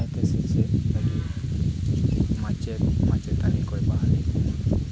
ᱱᱟᱯᱟᱭᱛᱮ ᱥᱮᱪᱮᱫ ᱛᱟᱹᱞᱤᱢ ᱢᱟᱪᱮᱫ ᱢᱟᱪᱮᱛᱟᱱᱤᱠᱚᱭ ᱵᱟᱦᱟᱞᱮᱫ ᱠᱚᱣᱟ